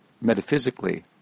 metaphysically